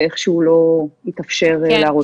ואיכשהו לא התאפשר להראות אותה.